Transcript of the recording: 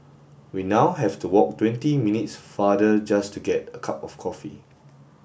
we now have to walk twenty minutes farther just to get a cup of coffee